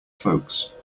folks